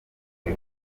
uyu